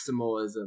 maximalism